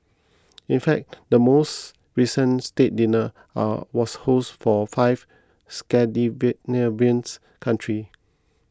in fact the most recent state dinner are was hosted for five Scandinavian country